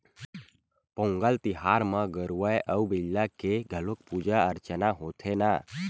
पोंगल तिहार म गरूवय अउ बईला के घलोक पूजा अरचना होथे न